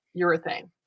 urethane